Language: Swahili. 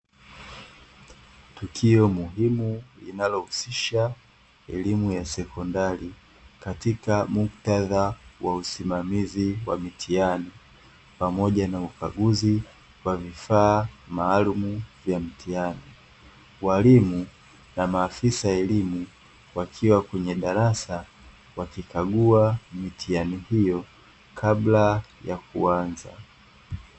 Tukio muhimu linalohusisha elimu ya sekondari katika muktadha wa usimamizi wa mitihani pamoja na ukaguzi wa vifaa maalumu vya mtihani. Walimu na maafisa elimu wakiwa kwenye darasa wakikagua mitihani hiyo kabla ya kuanza.